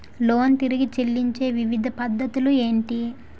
Loan తిరిగి చెల్లించే వివిధ పద్ధతులు ఏంటి?